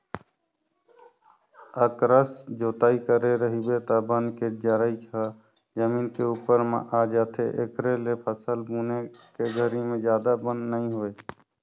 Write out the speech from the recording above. अकरस जोतई करे रहिबे त बन के जरई ह जमीन के उप्पर म आ जाथे, एखरे ले फसल बुने के घरी में जादा बन नइ होय